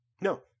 No